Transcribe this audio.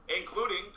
including